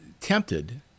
tempted